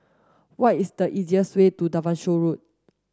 what is the easiest way to Devonshire Road